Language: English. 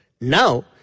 Now